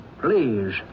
Please